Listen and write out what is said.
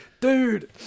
Dude